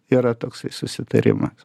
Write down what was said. yra toksai susitarimas